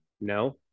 No